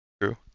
True